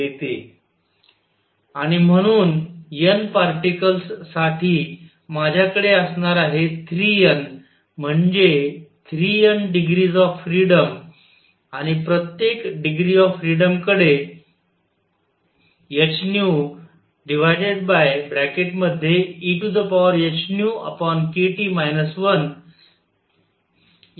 आणि म्हणून N particles साठी माझ्याकडे असणार आहे 3 N म्हणजे 3 N डिग्रीज ऑफ फ्रीडम आणि प्रत्येक डिग्री ऑफ फ्रीडम कडे hehνkT 1एवढी एनर्जी आहे